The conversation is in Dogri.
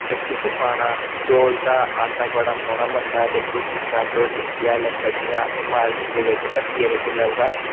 चक्की च पाना चौल दा आटा बड़ा सोह्ना बनदा बिलकुल चिट्टा प्योर चक्की आह्ले लेखा जियां असें मार्किट दे बिच्च हट्टियै बिच्च लभदा